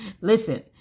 listen